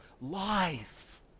life